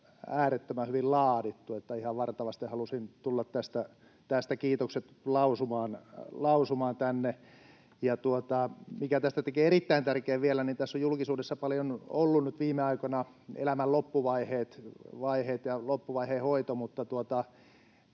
äärettömän hyvin laadittu. Ihan varta vasten halusin tulla tästä kiitokset lausumaan tänne. Se, mikä tästä teki erittäin tärkeän vielä, on se, että tässä on julkisuudessa paljon ollut nyt viime aikoina keskustelussa elämän loppuvaiheet ja loppuvaiheen hoito, mutta